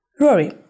Rory